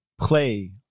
play